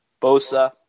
Bosa